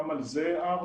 גם על זה הערנו,